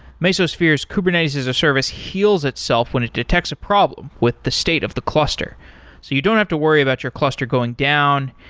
mesosphere's kubernetes as a service heals itself when it detects a problem with the state of the cluster, so you don't have to worry about your cluster going down.